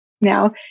now